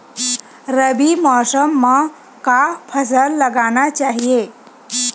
रबी मौसम म का फसल लगाना चहिए?